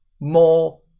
More